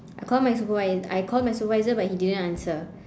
I called my supervi~ I called my supervisor but he didn't answer